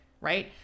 right